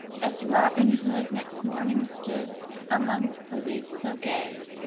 as robin hood next morning stood amongst the leaves so gay,